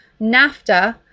NAFTA